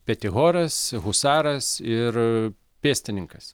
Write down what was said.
petihoras husaras ir pėstininkas